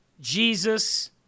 Jesus